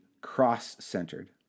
cross-centered